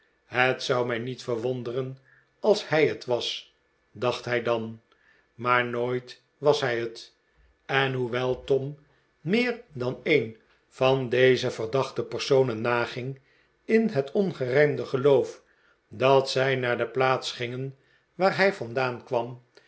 het zou mij niet verwonderen als hij het was dacht hij dan maar nooit was hij het en hoewel tom meer dan een van deze verdachte personen naging in het ongerijmde geloof dat zij naar de plaats gingen waar hij vandaan kwam